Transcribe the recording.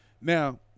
Now